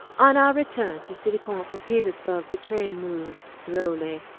on our return to city point from petersburg the train moved slowly,